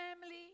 family